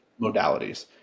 modalities